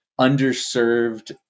underserved